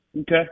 Okay